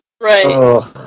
Right